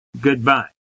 goodbye